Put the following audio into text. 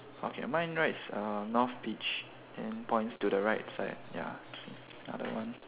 okay mine writes uh north beach then points to the right side ya